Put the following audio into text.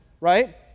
right